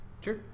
Sure